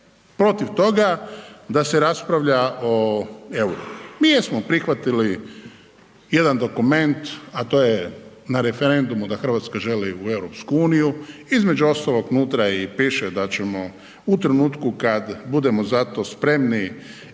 protiv toga da se raspravlja o euru. Mi jesmo prihvatili jedan dokument a to je na referendumu da Hrvatska želi u EU, između ostalog unutra i piše da ćemo u trenutku kad budemo za to spremni